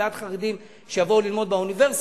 הוא בעד חרדים שיבואו ללמוד באוניברסיטה.